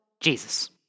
Jesus